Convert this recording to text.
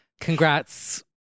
Congrats